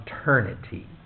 eternity